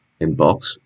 inbox